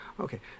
Okay